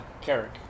Carrick